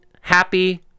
happy